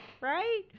right